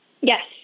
Yes